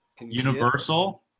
Universal